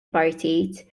partit